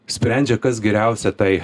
sprendžia kas geriausia tai